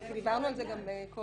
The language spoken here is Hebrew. דיברנו על זה גם קודם.